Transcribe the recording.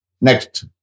Next